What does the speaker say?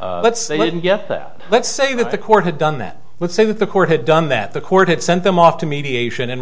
let's say we didn't get that let's say that the court had done that would say that the court had done that the court had sent them off to mediation and